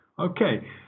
Okay